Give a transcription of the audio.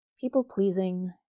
people-pleasing